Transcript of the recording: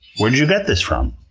where'd you get this from?